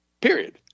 Period